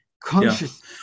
conscious